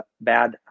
bad